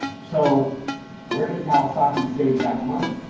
so where did kawasaki save that money?